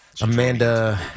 Amanda